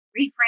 reframe